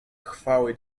chwały